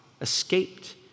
escaped